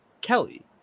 Kelly